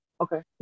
Okay